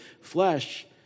flesh